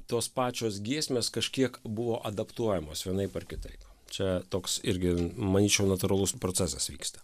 tos pačios giesmės kažkiek buvo adaptuojamos vienaip ar kitaip čia toks irgi manyčiau natūralus procesas vyksta